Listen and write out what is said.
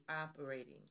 operating